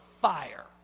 fire